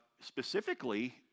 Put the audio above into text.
specifically